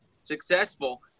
successful